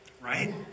Right